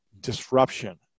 disruption